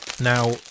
Now